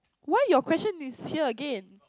why your question is here again